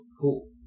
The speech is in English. Cool